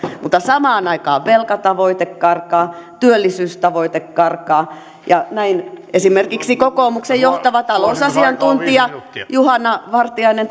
mutta samaan aikaan velkatavoite karkaa työllisyystavoite karkaa näin esimerkiksi kokoomuksen johtava talousasiantuntija juhana vartiainen